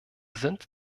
sind